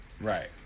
Right